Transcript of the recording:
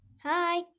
Hi